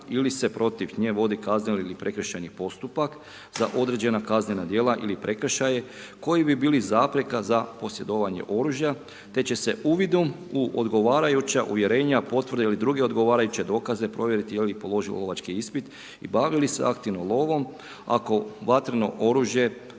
ili se protiv nje vodi kazneni ili prekršajni postupak za određena kaznena djela ili prekršaje koji bi bili zapreka za posjedovanje oružja te će se uvidom u odgovarajuća uvjerenja, potvrde ili druga odgovarajuće dokaze provjeriti je li položila lovački ispit i bavi li se aktivno lovom ako vatreno oružje